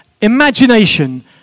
imagination